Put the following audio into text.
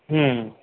ਹੂੰ